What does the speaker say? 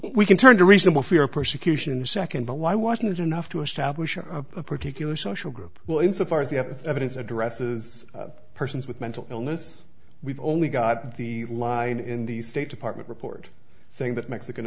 we can turn to reasonable fear of persecution and second the why wasn't enough to establish a particular social group well insofar as the evidence addresses persons with mental illness we've only got the line in the state department report saying that mexican